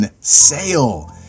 sale